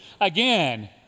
Again